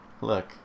Look